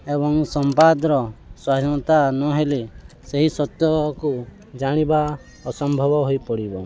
ଏବଂ ସମ୍ବାଦର ସ୍ୱାଧିନତା ନହେଲେ ସେହି ସତ୍ୟକୁ ଜାଣିବା ଅସମ୍ଭବ ହୋଇପଡ଼ିବ